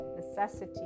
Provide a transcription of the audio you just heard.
necessity